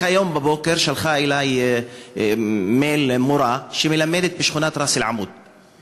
רק היום בבוקר שלחה אלי מורה שמלמדת בשכונת ראס-אל-עמוד מייל.